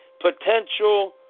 potential